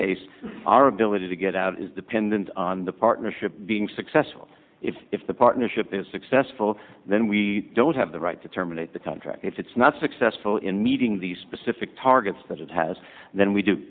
case our ability to get out is dependent on the partnership being successful if the partnership is successful then we don't have the right to terminate the contract if it's not successful in meeting the specific targets that it has then we do